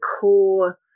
core